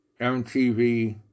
MTV